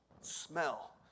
smell